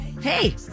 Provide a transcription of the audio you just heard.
Hey